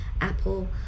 apple